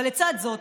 אבל לצד זאת,